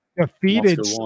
defeated